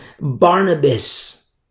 Barnabas